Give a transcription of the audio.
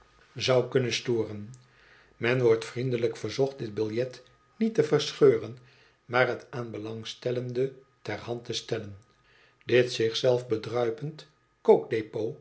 zou kunnen storen men wordt vriendelijk verzocht dit biljet niet te verscheuren maar het aan belangstellenden ter hand te stellen dit